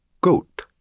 Goat